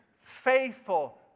faithful